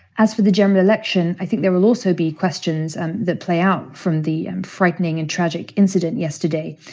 as for the general election, i think there will also be questions and that play out from the frightening and tragic incident yesterday.